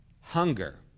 hunger